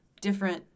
different